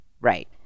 right